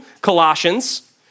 Colossians